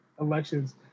elections